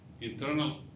internal